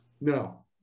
No